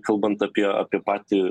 kalbant apie apie patį